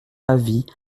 avis